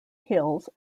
hills